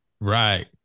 Right